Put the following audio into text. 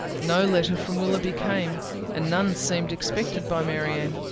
no letter from willoughby came and none seemed expected by marianne.